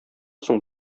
соң